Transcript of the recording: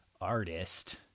artist